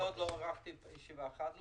אני עוד לא ערכתי אפילו ישיבה אחת.